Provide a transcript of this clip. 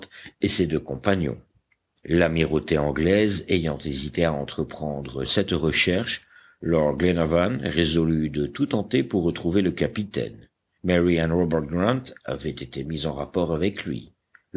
et ses deux compagnons l'amirauté anglaise ayant hésité à entreprendre cette recherche lord glenarvan résolut de tout tenter pour retrouver le capitaine mary et robert grant avaient été mis en rapport avec lui